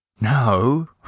No